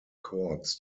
courts